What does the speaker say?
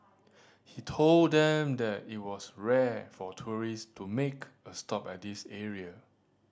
he told them that it was rare for tourist to make a stop at this area